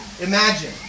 imagine